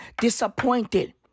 disappointed